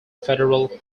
federal